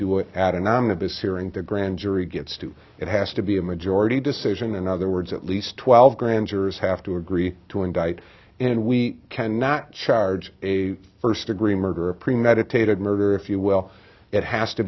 hearing the grand jury gets to it has to be a majority decision in other words at least twelve grand jurors have to agree to indict and we cannot charge a first degree murder premeditated murder if you will it has to